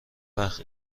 وقت